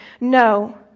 no